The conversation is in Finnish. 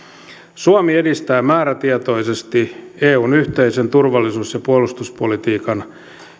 suomi edistää määrätietoisesti eun yhteisen turvallisuus ja puolustuspolitiikan